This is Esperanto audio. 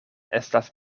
estas